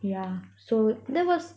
yeah so that was